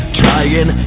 trying